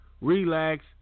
relax